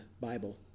Bible